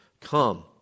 come